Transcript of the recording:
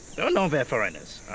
they'll know they are foreigners.